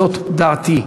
זאת דעתי,